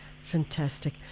Fantastic